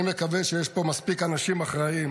אני מקווה שיש פה מספיק אחראיים